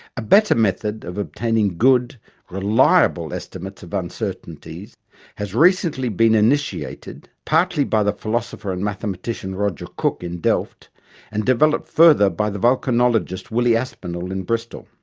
a better method of obtaining good, reliable estimates of uncertainties has recently been initiated, partly by the philosopher and mathematician roger cooke in delft and developed further by the volcanologist willy aspinall in bristol.